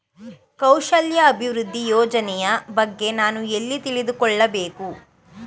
ಕೌಶಲ್ಯ ಅಭಿವೃದ್ಧಿ ಯೋಜನೆಯ ಬಗ್ಗೆ ನಾನು ಎಲ್ಲಿ ತಿಳಿದುಕೊಳ್ಳಬೇಕು?